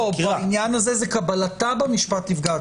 לא, בעניין הזה זה קבלתה במשפט תפגע.